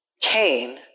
Cain